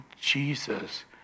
Jesus